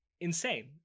insane